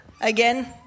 again